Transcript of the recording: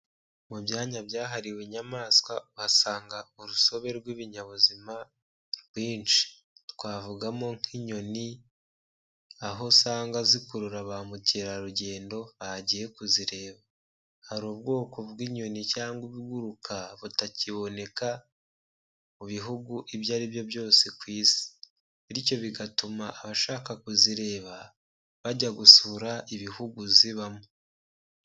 Mu byanya byahariwe inyamaswa uhasanga urusobe rw'ibinyabuzima rwinshi, twavugamo nk'inyoni, aho usanga zikurura ba mukerarugendo bagiye kuzireba, hari ubwoko bw'inyoni cyangwa ubuguruka butakiboneka mu bihugu ibyo ari byo byose ku isi, bityo bigatuma abashaka kuzireba bajya gusura ibihugu zibamo.